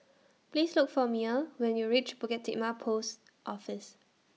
Please Look For Mia when YOU REACH Bukit Timah Post Office